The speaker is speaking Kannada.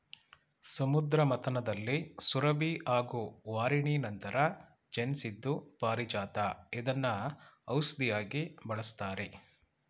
ಸಮುದ್ರ ಮಥನದಲ್ಲಿ ಸುರಭಿ ಹಾಗೂ ವಾರಿಣಿ ನಂತರ ಜನ್ಸಿದ್ದು ಪಾರಿಜಾತ ಇದ್ನ ಔಷ್ಧಿಯಾಗಿ ಬಳಸ್ತಾರೆ